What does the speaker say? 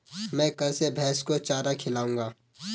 मैं कल से भैस को चारा खिलाऊँगा